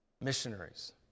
missionaries